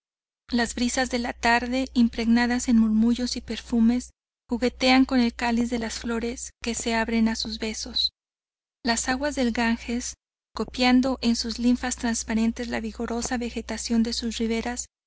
las brisas de las tarde impregnadas en murmullos y perfumes juguetean con el cáliz de las flores que se abren a sus besos las aguas del ganges copiando en sus linfas transparentes la vigorosa vegetación de sus riberas